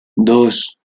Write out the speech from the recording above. dos